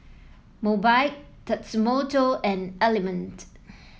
Mobike Tatsumoto and Element